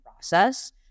process